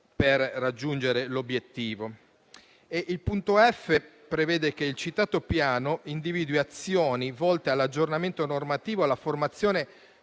per raggiungere l'obiettivo. La lettera *f)* prevede che il citato piano individui azioni volte all'aggiornamento normativo, alla formazione